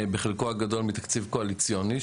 בשנים קודמות,